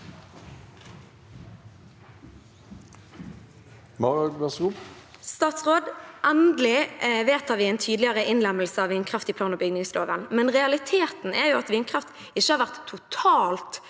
Endelig vedtar vi en tydeligere innlemmelse av vindkraft i plan- og bygningsloven, men realiteten er at vindkraft ikke har vært totalt